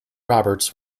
roberts